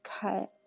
cut